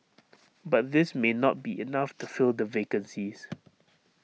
but this may not be enough to fill the vacancies